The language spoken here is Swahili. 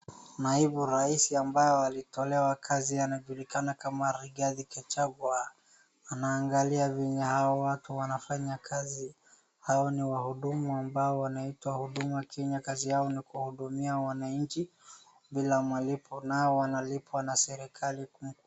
Naibu rais ambaye alitolewa kazi anajulikana kama Rigathi Gachagua anaangalia vile hawa watu wanafanya kazi. Anaangalia vile hawa watu wanafanya kazi. Hawa ni wahudumu ambao wanaitwa huduma Kenya kazi yao ni kuwahudumia wananchi bila malipo nao wanalipwa na serikali kuu.